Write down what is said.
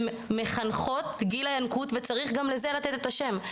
הן מחנכות מגיל הינקות, וצריך גם לזה לתת את השם.